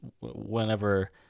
whenever